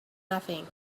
nothing